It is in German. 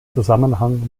zusammenhang